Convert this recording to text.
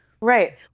Right